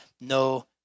no